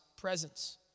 presence